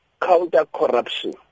counter-corruption